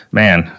man